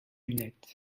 lunettes